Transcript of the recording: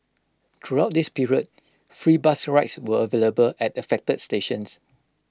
throughout this period free bus rides were available at affected stations